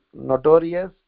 notorious